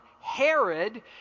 Herod